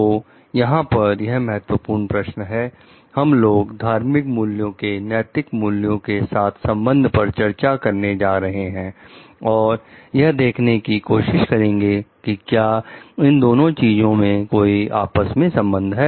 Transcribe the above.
तो यहां पर यह महत्वपूर्ण प्रश्न है हम लोग धार्मिक मूल्यों के नैतिक मूल्यों के साथ संबंधों पर चर्चा करने जा रहे हैं और यह देखने की कोशिश करेंगे कि क्या इन दोनों चीजों में कोई आपस में संबंध है